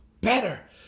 better